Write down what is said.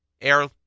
air